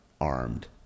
armed